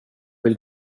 vill